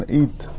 eat